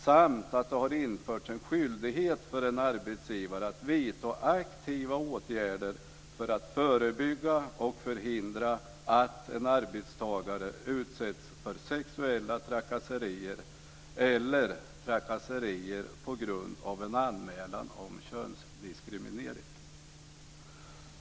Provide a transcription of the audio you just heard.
Det har också införts en skyldighet för arbetsgivare att vidta aktiva åtgärder för att förebygga och förhindra att en arbetstagare utsätts för sexuella trakasserier eller trakasserier på grund av en anmälan om könsdiskriminering.